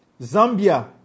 Zambia